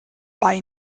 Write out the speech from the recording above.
bei